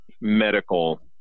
medical